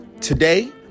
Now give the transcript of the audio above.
today